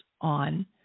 on